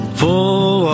full